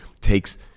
takes